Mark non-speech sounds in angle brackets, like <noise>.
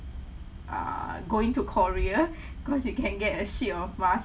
err going to korea <breath> cause you can get a sheet of mask